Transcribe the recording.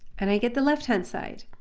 and i get the left hand side.